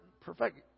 perfect